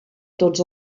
tots